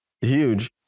huge